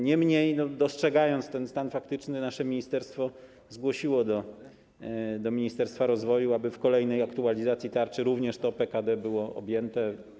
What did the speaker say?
Niemniej dostrzegając stan faktyczny, nasze ministerstwo zgłosiło do ministerstwa rozwoju, aby w kolejnej aktualizacji tarczy również to PKD było tym objęte.